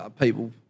people